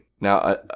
Now